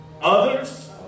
others